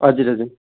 हजुर हजुर